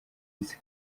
isi